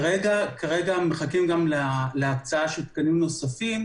וכרגע מחכים להצעה של תקנים נוספים.